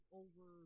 over